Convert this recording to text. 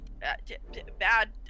bad